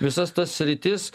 visas tas sritis